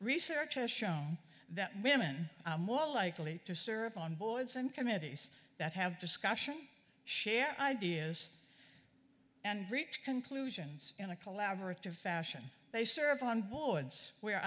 research has shown that women are more likely to serve on boards and committees that have discussion share ideas and reach conclusions in a collaborative fashion they serve on boards where